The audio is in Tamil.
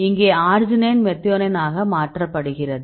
இங்கே அர்ஜினைன் மெத்தியோனைன் ஆக மாற்றப்படுகிறது